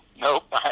Nope